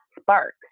spark